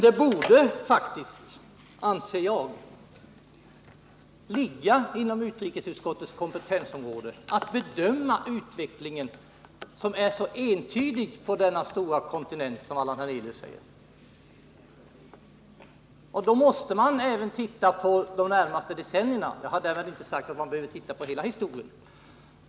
Det borde faktiskt, anser jag, ligga inom utrikesutskottets kompetensområde att bedöma utvecklingen på denna stora kontinent, som Allan Hernelius säger. Och den är entydig. Då måste man även titta på de närmaste decennierna. Jag har därmed inte sagt att man behöver titta på hela historien.